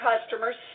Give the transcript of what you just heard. customers